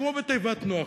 כמו בתיבת נח.